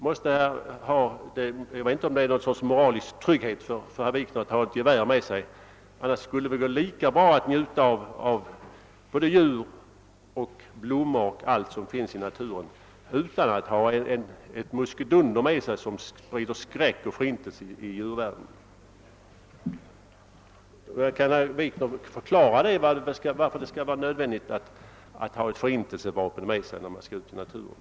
Jag vet inte om det innebär något slags moralisk trygghet för herr Wikner att ha ett gevär med sig, men annars skulle det väl gå lika bra att njuta av djur och blommor och allt annat som finns i naturen utan att ha ett muskedunder med sig som sprider skräck och förintelse i djurvärlden. Kan herr Wikner förklara varför det skall vara nödvändigt att ha ett förintelsevapen med sig ute i naturen?